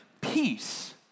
peace